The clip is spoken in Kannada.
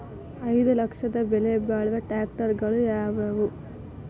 ಐದು ಲಕ್ಷದ ಬೆಲೆ ಬಾಳುವ ಟ್ರ್ಯಾಕ್ಟರಗಳು ಯಾವವು?